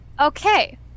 Okay